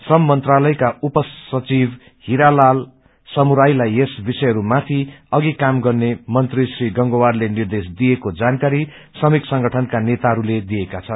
श्रम मंत्रालयका उप सचिव हिरालाल समुरायलाइ यस विषयहरू माथि अधि कम गर्ने मंत्री श्री गंगावारले निद्रेया दिएको जानकारी श्रमिक संगठनका नेताहरूले दिएका छन्